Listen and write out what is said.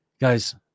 Guys